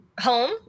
home